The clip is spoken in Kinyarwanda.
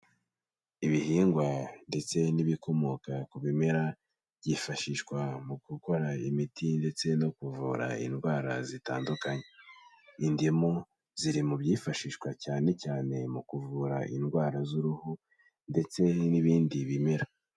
Ibihingwa ndetse n'ibikomoka ku bimera, byifashishwa mu gukora imiti ndetse no kuvura indwara zitandukanye. Indimu ziri mu byifashishwa cyane cyane mu kuvura indwara z'uruhu, ndetse n'ibindi bimera.